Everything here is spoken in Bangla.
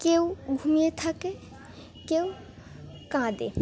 কেউ ঘুমিয়ে থাকে কেউ কাঁদে